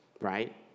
right